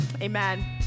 amen